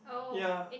ya